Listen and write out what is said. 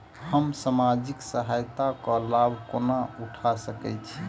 हम सामाजिक सहायता केँ लाभ कोना उठा सकै छी?